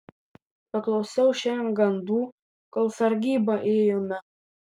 paklausiau šiandien gandų kol sargybą ėjome